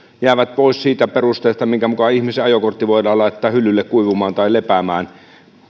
jäävät pois siitä perusteesta minkä mukaan ihmisen ajokortti voidaan laittaa hyllylle kuivumaan tai lepäämään